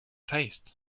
faced